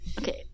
Okay